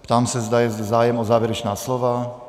Ptám se, zda je zájem o závěrečná slova.